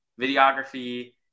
videography